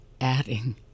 adding